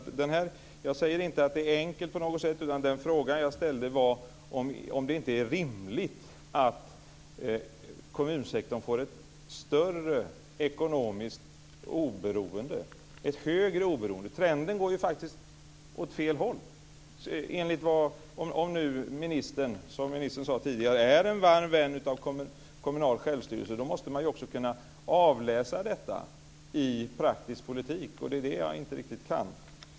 Jag säger inte att det är enkelt på något sätt. Den fråga jag ställde var: Är det inte rimligt att kommunsektorn får ett större ekonomiskt oberoende? Trenden går ju faktiskt åt fel håll. Ministern sade tidigare att han var en varm vän av kommunal självstyrelse. Då måste man också kunna avläsa detta i praktisk politik, och det kan jag inte riktigt.